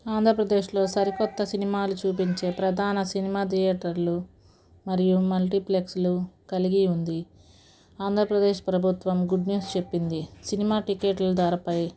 ఆంధ్రప్రదేశ్లో సరికొత్త సినిమాలు చూపించే ప్రధాన సినిమా థియేటర్లు మరియు మల్టీప్లెక్స్లు కలిగి ఉంది ఆంధ్రప్రదేశ్ ప్రభుత్వం గుడ్ న్యూస్ చెప్పింది సినిమా టికెట్లు ధరపై